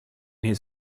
his